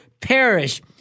perish